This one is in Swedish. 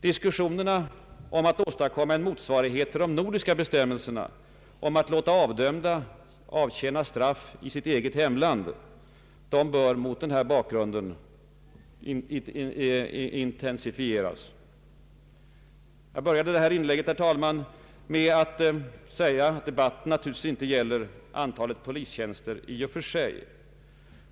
Diskussionerna om att åstadkomma en allmän motsvarighet till de nordiska bestämmelserna om att låta avdömda avtjäna straff i sitt eget hemland, bör mot denna bakgrund intensifieras. Herr talman! Jag började mitt inlägg med att säga att debatten naturligtvis inte gäller antalet polistjänster i och för sig.